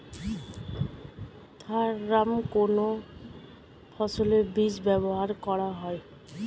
Thiram কোন ফসলের বীজে ব্যবহার করা হয়?